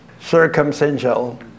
circumstantial